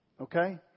Okay